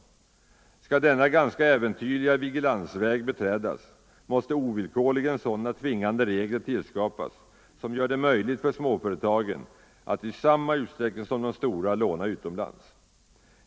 Skall denna ganska äventyrliga vigilansväg beträdas måste ovillkorligen sådana tvingande regler tillskapas som gör det möjligt för småföretagen att i samma utsträckning som de stora låna utomlands.